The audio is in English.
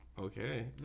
Okay